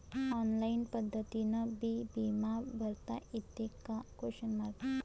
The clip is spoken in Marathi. ऑनलाईन पद्धतीनं बी बिमा भरता येते का?